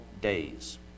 days